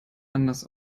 anders